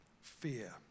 fear